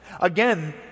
Again